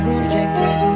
rejected